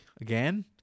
again